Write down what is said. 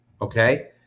Okay